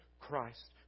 Christ